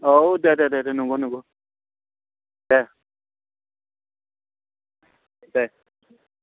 औ दे दे दे नंगौ नंगौ दे दे